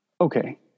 Okay